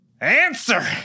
Answer